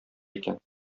икән